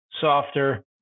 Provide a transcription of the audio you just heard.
softer